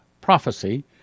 prophecy